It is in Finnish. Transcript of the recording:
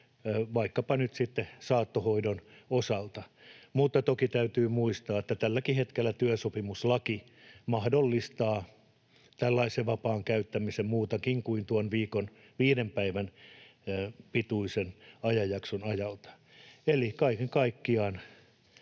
vaikkapa nyt sitten saattohoidon osalta, mutta toki täytyy muistaa, että tälläkin hetkellä työsopimuslaki mahdollistaa tällaisen vapaan käyttämisen muunkin kuin tuon viiden päivän pituisen ajanjakson ajalta. Kaiken kaikkiaan